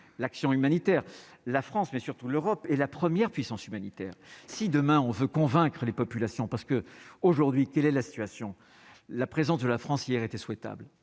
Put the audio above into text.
l'action humanitaire, la France, mais surtout l'Europe et la première puissance humanitaire si demain on veut convaincre les populations parce que, aujourd'hui, quelle est la situation, la présence de la France hier était souhaitable,